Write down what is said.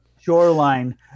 shoreline